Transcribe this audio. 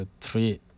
three